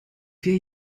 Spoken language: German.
vier